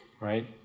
right